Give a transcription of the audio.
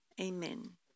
amen